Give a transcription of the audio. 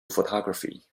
photography